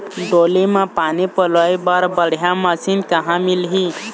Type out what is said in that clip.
डोली म पानी पलोए बर बढ़िया मशीन कहां मिलही?